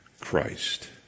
Christ